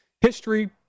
history